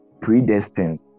predestined